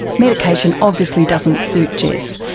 medication obviously doesn't suit jess,